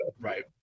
Right